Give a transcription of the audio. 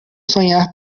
sonhar